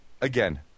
Again